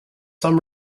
some